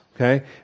okay